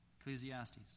Ecclesiastes